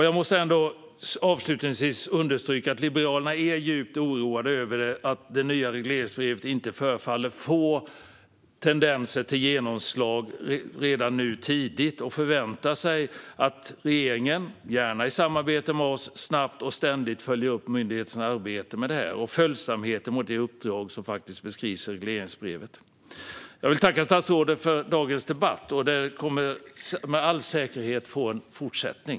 Jag måste avslutningsvis understryka att Liberalerna är djupt oroade över att det nya regleringsbrevet redan nu, tidigt, inte förefaller få genomslag. Vi förväntar oss att regeringen, gärna i samarbete med oss, snabbt och ständigt följer upp myndighetens arbete med detta och följsamheten gentemot det uppdrag som faktiskt beskrivs i regleringsbrevet. Jag vill tacka statsrådet för dagens debatt. Den kommer med all säkerhet att få en fortsättning.